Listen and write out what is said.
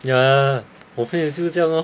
ya 我朋友就是这样 lor